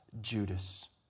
Judas